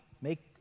make